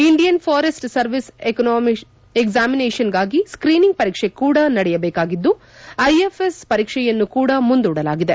Indian Forest Service examination ಗಾಗಿ screening ಪರೀಕ್ಷೆ ಕೂಡಾ ನಡೆಯಬೇಕಾಗಿದ್ದು ಐಎಫ್ ಎಸ್ ಪರೀಕ್ಷೆಯನ್ನು ಕೂಡಾ ಮುಂದೂಡಲಾಗಿದೆ